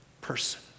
Person